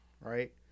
Right